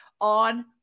on